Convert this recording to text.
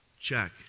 Check